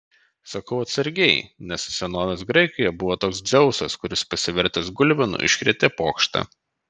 sakau atsargiai nes senovės graikijoje buvo toks dzeusas kuris pasivertęs gulbinu iškrėtė pokštą